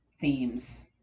themes